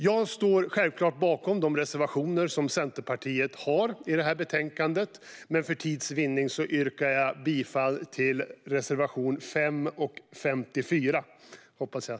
Jag står självklart bakom de reservationer som Centerpartiet har i betänkandet, men för tids vinnande yrkar jag bifall endast till reservationerna 5 och 54.